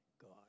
God